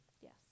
Yes